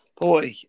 Boy